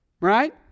Right